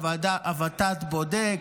הוות"ת בודק,